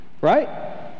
right